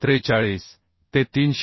43 ते 390